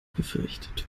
befürchtet